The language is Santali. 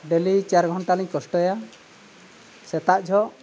ᱰᱮᱞᱤ ᱪᱟᱨ ᱜᱷᱚᱱᱴᱟᱞᱤᱧ ᱠᱚᱥᱴᱚᱭᱟ ᱥᱮᱛᱟᱜ ᱡᱚᱠᱷᱮᱡ